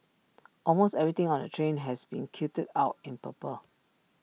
almost everything on the train has been kitted out in purple